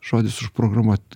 žodis užprogramuot